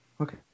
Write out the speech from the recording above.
Okay